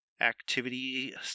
activity